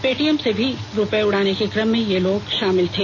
Paytm से भी रुपये उड़ाने के काम में ये लोग शामिल थे